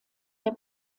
der